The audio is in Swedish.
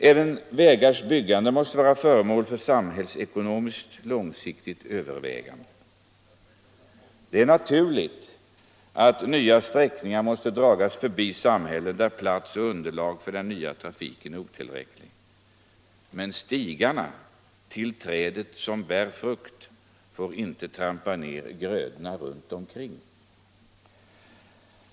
Även vägars byggande måste vara föremål för samhällsekonomiskt långsiktigt övervägande. Det är naturligt att nya vägar måste dras förbi samhällen, där plats och underlag för den nya trafiken är otillräckliga, men stigarna till trädet som bär frukt får inte förstöra grödorna runt omkring.